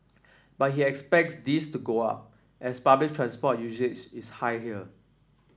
but he expect this to go up as public transport usage is high here